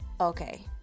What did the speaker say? okay